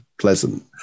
pleasant